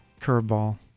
curveball